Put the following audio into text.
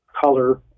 color